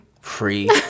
free